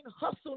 hustle